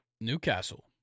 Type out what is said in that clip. Newcastle